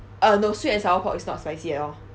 uh no sweet and sour pork is not spicy at all